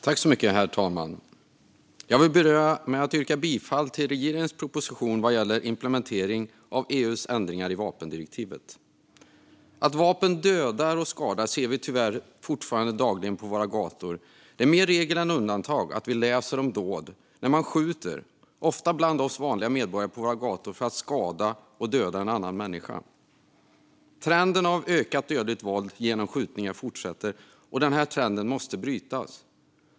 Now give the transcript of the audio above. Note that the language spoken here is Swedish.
Herr talman! Jag vill börja med att yrka bifall till regeringens proposition vad gäller implementering av EU:s ändringar i vapendirektivet. Att vapen dödar och skadar ser vi tyvärr fortfarande dagligen på våra gator. Det är mer regel än undantag att vi läser om dåd där man skjuter, ofta bland oss vanliga medborgare på våra gator, för att skada och döda en annan människa. Trenden av ökat dödligt våld genom skjutningar fortsätter. Denna trend måste brytas.